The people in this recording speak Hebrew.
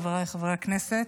חבריי חברי הכנסת,